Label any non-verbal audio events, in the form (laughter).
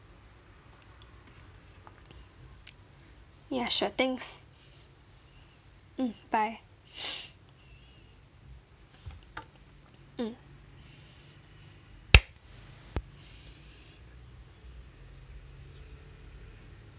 ya sure thanks mm bye (noise) mm